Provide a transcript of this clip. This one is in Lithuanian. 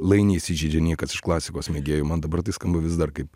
lai neįsižeidžia niekas iš klasikos mėgėjų man dabar tai skamba vis dar kaip